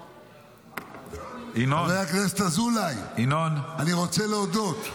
חבר הכנסת אזולאי, אני רוצה להודות.